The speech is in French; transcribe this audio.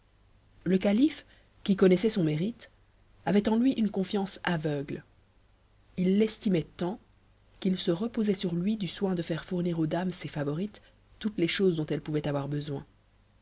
le calife qui connaissait son mérite avait en lui une confiance aveugle il l'estimait tant qu'il se reposait sur tui du soin de taire fournir aux dames ses favorites toutes les choses dont elles pouvaient avoir besoin